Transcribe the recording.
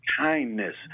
Kindness